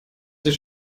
sich